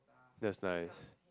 just nice